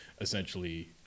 essentially